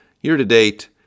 year-to-date